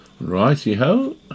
Righty-ho